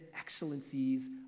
excellencies